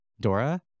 Dora